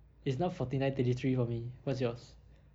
it's now forty nine thirty three for me what's yours